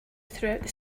throughout